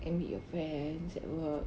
and meet your friends at work